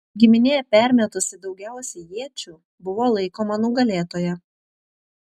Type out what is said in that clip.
giminė permetusi daugiausiai iečių buvo laikoma nugalėtoja